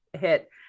hit